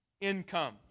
income